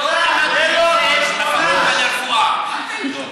לא למדתי דבר כזה בבית ספר לרפואה.